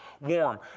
warm